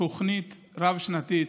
תוכנית רב-שנתית,